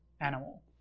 animal